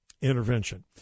intervention